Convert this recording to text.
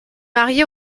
mariée